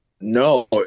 No